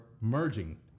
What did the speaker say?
merging